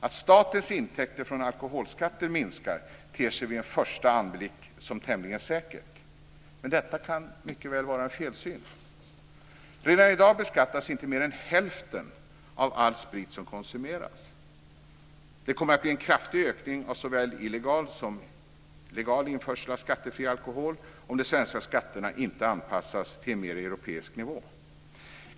Att statens intäkter från alkoholskatter minskar ter sig vid en första anblick som tämligen säkert. Men detta kan mycket väl vara en felsyn. Redan i dag beskattas inte mer än hälften av all sprit som konsumeras. Det kommer att bli en kraftig ökning av såväl illegal som legal införsel av skattefri alkohol om de svenska skatterna inte anpassas till en mer europeisk nivå.